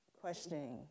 questioning